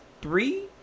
three